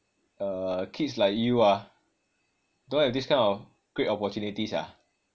uh kids like you ah don't have this kind of great opportunity sia